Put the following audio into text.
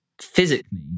physically